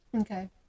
Okay